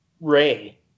Ray